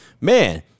man